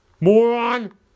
Moron